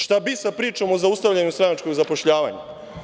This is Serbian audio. Šta bi sa pričom o zaustavljanju stranačkog zapošljavanja?